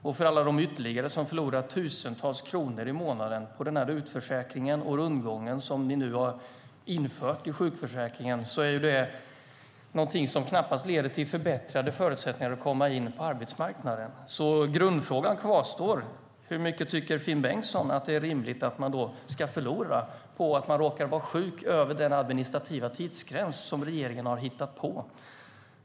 Och för alla de ytterligare som förlorar tusentals kronor i månaden på den utförsäkring och rundgång som ni har infört i sjukförsäkringen leder det knappast till förbättrade förutsättningar att komma in på arbetsmarknaden. Grundfrågan kvarstår: Hur mycket tycker Finn Bengtsson att det är rimligt att man ska förlora på att man råkar vara sjuk över den administrativa tidsgräns som regeringen har hittat på?